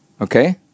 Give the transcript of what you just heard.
okay